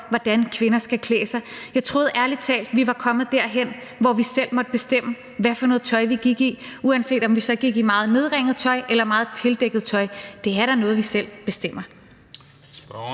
hvordan kvinder skal klæde sig. Jeg troede ærlig talt, vi var kommet derhen, hvor vi selv måtte bestemme, hvad for noget tøj vi gik i, uanset om vi gik i meget nedringet tøj eller meget tildækkende tøj. Det er da noget, vi selv bestemmer.